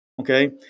Okay